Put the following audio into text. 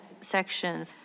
section